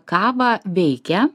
kavą veikia